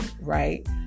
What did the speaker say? right